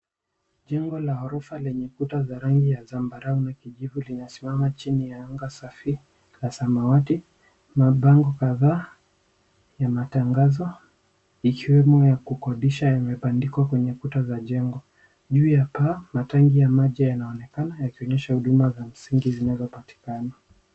Jengo la orofa lenye kuta za rangi ya zambarau na kijivu linasimama chini ya anga safi la samawati. Mabango kadhaa ya matangazo ikiwemo kukodisha yamebandikwa kwenye kuta za jengo. Juu ya paa matenki ya maji yanaonekana yakionyesha huduma za msingi zinazopatikana.